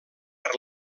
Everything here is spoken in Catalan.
per